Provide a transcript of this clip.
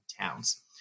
towns